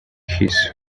his